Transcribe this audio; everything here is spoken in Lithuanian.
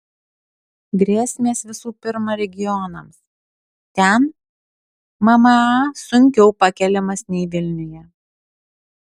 grėsmės visų pirma regionams ten mma sunkiau pakeliamas nei vilniuje